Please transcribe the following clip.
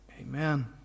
Amen